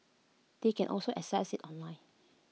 they can also access IT online